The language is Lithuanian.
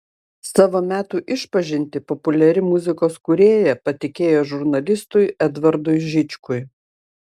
savo metų išpažintį populiari muzikos kūrėja patikėjo žurnalistui edvardui žičkui